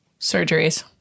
surgeries